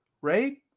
right